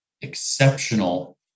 exceptional